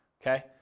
okay